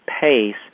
pace